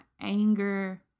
anger